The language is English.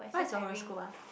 what's your horoscope ah